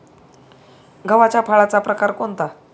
गव्हाच्या फळाचा प्रकार कोणता?